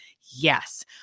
Yes